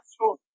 true